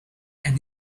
and